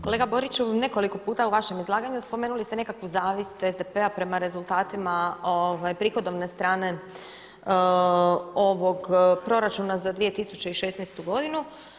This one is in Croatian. Kolega Boriću nekoliko puta u vašem izlaganju spomenuli ste nekakvu zavist SDP-a prema rezultatima prihodovne strane ovog proračuna za 2016. godinu.